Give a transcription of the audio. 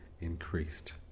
increased